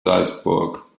salzburg